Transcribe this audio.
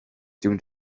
during